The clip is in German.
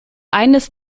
eines